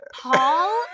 Paul